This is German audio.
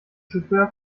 chauffeur